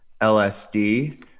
LSD